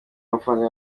amafaranga